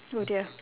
oh dear